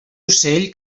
ocell